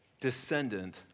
descendant